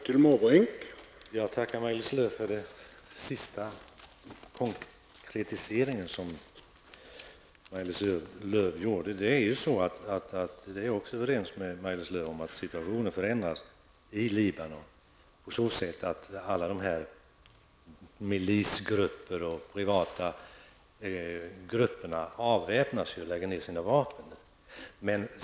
Herr talman! Jag tackar Maj-Lis Lööw för konkretiseringen. Jag håller med Maj-Lis Lööw om att situationen i Libanon har förändrats på så sätt att alla de här milisgrupperna och privata grupperna lägger ned sina vapen.